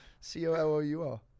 C-O-L-O-U-R